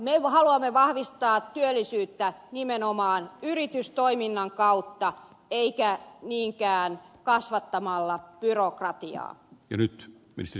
me haluamme vahvistaa työllisyyttä nimenomaan yritystoiminnan kautta emmekä niinkään kasvattamalla giro kratiaa ja nyt kyse